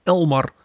Elmar